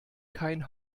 kein